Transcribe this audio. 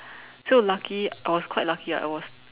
so lucky I was quite lucky I was